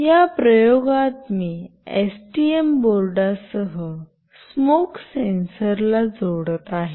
या प्रयोगात मी एसटीएम बोर्डासह स्मोक सेन्सरला जोडत आहे